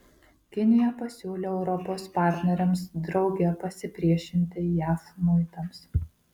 kinija pasiūlė europos partneriams drauge pasipriešinti jav muitams